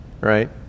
right